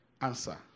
answer